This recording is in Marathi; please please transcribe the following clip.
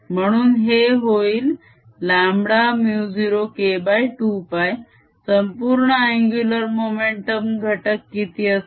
म्हणून हे होईल λμ0K2π संपूर्ण अन्गुलर मोमेंटम घटक किती असेल